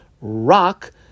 rock